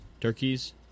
turkeys